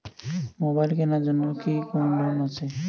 Mobile কেনার জন্য কি কোন লোন আছে?